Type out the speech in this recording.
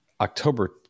October